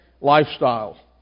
lifestyle